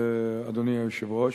אדוני היושב-ראש.